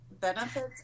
benefits